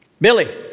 billy